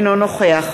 אינו נוכח